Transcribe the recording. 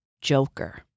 joker